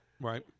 Right